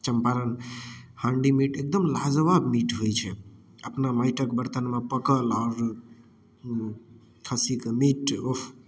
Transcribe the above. Champaran handi meat एगदम लाजवाब meat होयत छै अपना माइटक बर्तनमे पकल आओर खस्सी कऽ मीट ओह